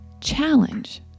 challenge